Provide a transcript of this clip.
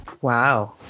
Wow